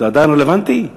הצעות מס' 24,